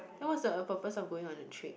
then what's the purpose of going on a trip